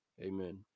amen